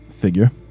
figure